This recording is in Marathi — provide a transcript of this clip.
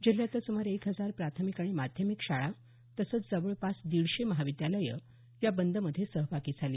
जिल्ह्यातल्या सुमारे एक हजार प्राथमिक आणि माध्यमिक शाळा तसंच जवळपास दिडशे महाविद्यालयं या बंदमध्ये सहभागी झाली